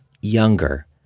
younger